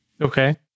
Okay